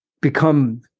become